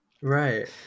Right